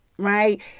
right